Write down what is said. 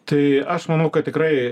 tai aš manau kad tikrai